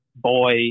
boy